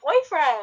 boyfriend